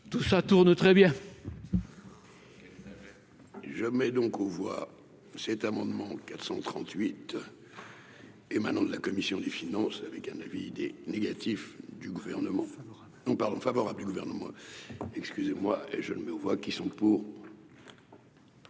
tout ça tourne très bien. Bonsoir. Je mets donc aux voix cet amendement 438 émanant de la commission des finances, avec un avis des négatif du gouvernement favorable nous parlons favorable du gouvernement, excusez-moi et je le mets aux voix qui sont pour.